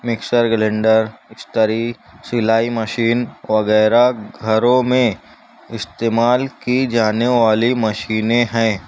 mixer grinder استری سلائی machine وغیرہ گھروں میں استعمال کی جانے والی مشینیں ہیں